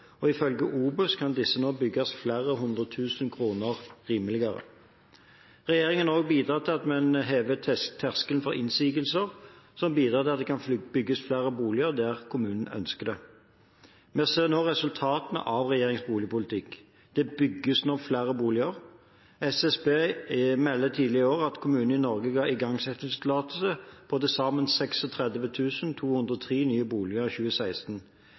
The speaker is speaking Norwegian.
Ifølge OBOS kan disse nå bygges flere hundre tusen kroner rimeligere. Regjeringen har også bidratt til at man har hevet terskelen for innsigelser, som bidrar til at det kan bygges flere boliger der kommunene ønsker det. Vi ser nå resultater av regjeringens boligpolitikk, det bygges nå flere boliger. Statistisk sentralbyrå meldte tidligere i år at kommunene i Norge ga igangsettingstillatelser på til sammen 36 203 nye boliger i 2016.